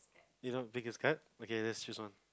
you don't want take this card okay let's choose one